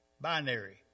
binary